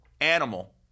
animal